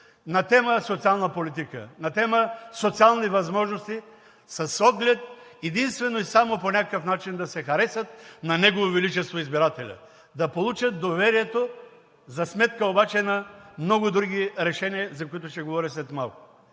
на тема „Социална политика, социални възможности“, с оглед единствено и само по някакъв начин да се харесат на Негово величество избирателя, да получат доверието за сметка обаче на много други решения, за които ще говоря след малко.